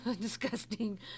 Disgusting